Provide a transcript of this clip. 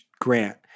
grant